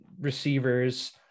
receivers